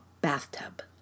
bathtub